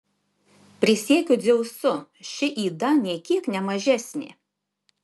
prisiekiu dzeusu ši yda nė kiek ne mažesnė